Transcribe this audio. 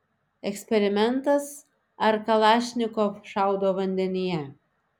eksperimentas ar kalašnikov šaudo vandenyje